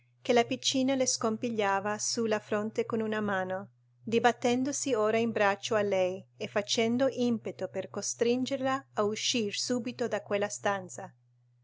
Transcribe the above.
che la piccina le scompigliava su la fronte con una mano dibattendosi ora in braccio a lei e facendo impeto per costringerla a uscir subito da quella stanza